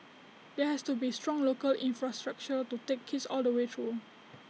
there has to be A strong local infrastructure to take kids all the way through